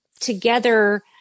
together